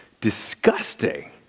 disgusting